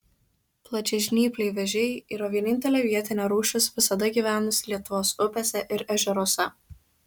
plačiažnypliai vėžiai yra vienintelė vietinė rūšis visada gyvenusi lietuvos upėse ir ežeruose